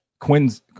Quinn's